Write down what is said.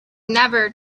never